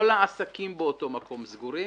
כל העסקים באותו מקום סגורים